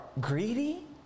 greedy